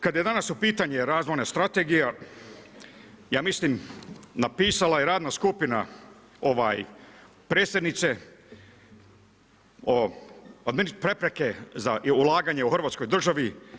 Kad je danas u pitanju razvojna strategija, ja mislim, napisala je radna skupina predsjednice o, prepreke za ulaganje u Hrvatskoj državi.